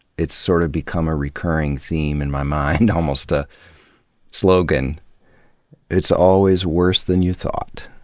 it's sort of become a recurring theme in my mind, almost a slogan it's always worse than you thought.